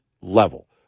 level